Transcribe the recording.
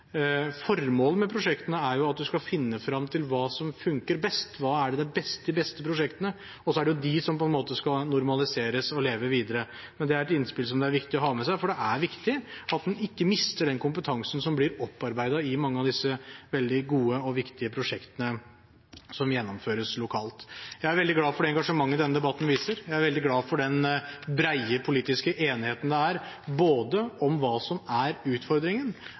Formålet med prosjektene er jo at man skal finne frem til hva som fungerer best – hva som er de beste prosjektene. Og så er det de som på en måte skal normaliseres og leve videre. Men det er et innspill som det er viktig å ha med seg, for det er viktig at man ikke mister den kompetansen som blir opparbeidet i mange av disse veldig gode og viktige prosjektene som gjennomføres lokalt. Jeg er veldig glad for det engasjementet denne debatten viser. Jeg er veldig glad for den brede politiske enigheten det er om hva som er utfordringen,